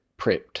prepped